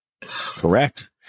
Correct